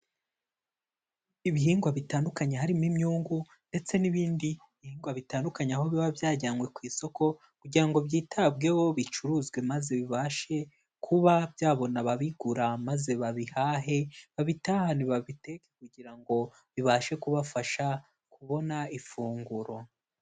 Ibihingwa bitandukanye harimo imyungu ndetse n'ibindi bihingwa bitandukanye aho biba byajyanywe ku isoko kugira ngo byitabweho bicuruzwe maze bibashe kuba byabona ababigura, maze babihahe babitahane babiteke kugira ngo bibashe kubafasha kubona ifunguro.